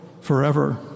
forever